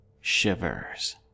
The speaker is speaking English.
Shivers